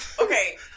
okay